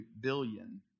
billion